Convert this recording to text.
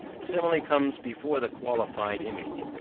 the simile comes before the qualified image,